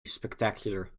spectacular